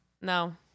No